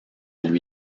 lui